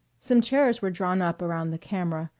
some chairs were drawn up around the camera,